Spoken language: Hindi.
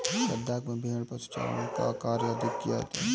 लद्दाख में भेड़ पशुचारण का कार्य अधिक किया जाता है